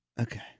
Okay